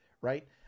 right